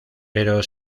pero